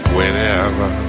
Whenever